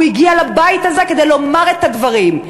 הוא הגיע לבית הזה כדי לומר את הדברים,